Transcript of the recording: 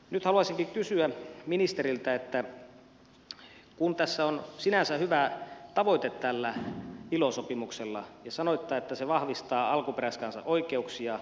nyt haluaisinkin kysyä ministeriltä kun tässä on sinänsä hyvä tavoite tällä ilo sopimuksella ja sanoitte että se vahvistaa alkuperäiskansan oikeuksia